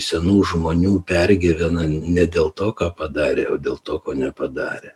senų žmonių pergyvena ne dėl to ką padarė o dėl to ko nepadarė